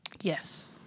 Yes